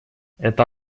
это